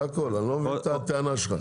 זה הכול, ואני לא מבין את הטענה שלך.